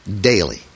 daily